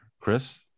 Chris